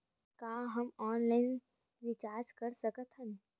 का हम online recharge कर सकत हन?